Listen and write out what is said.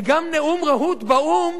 וגם נאום רהוט באו"ם